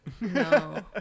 No